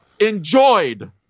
enjoyed